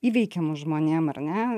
įveikiamos žmonėm ar ne